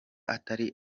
atari